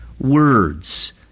words